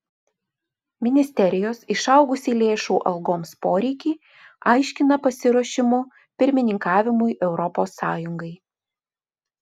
ministerijos išaugusį lėšų algoms poreikį aiškina pasiruošimu pirmininkavimui europos sąjungai